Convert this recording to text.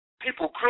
people